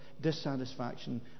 dissatisfaction